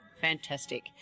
Fantastic